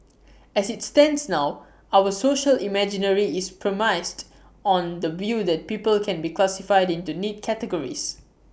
as IT stands now our social imaginary is premised on the view that people can be classified into neat categories